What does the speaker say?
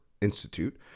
Institute